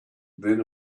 then